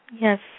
Yes